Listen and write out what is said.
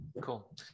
Cool